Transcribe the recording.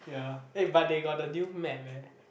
ya eh but they got the new map eh